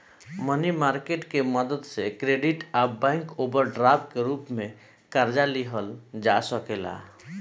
मनी market के मदद से क्रेडिट आ बैंक ओवरड्राफ्ट के रूप में कर्जा लिहल जा सकेला